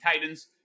Titans